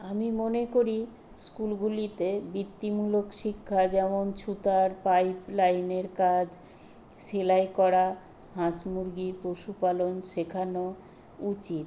আমি মনে করি স্কুলগুলিতে বৃত্তিমূলক শিক্ষা যেমন ছুতোর পাইপ লাইনের কাজ সেলাই করা হাঁস মুরগি পশুপালন শেখানো উচিত